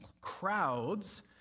crowds